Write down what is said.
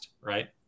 right